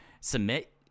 submit